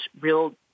real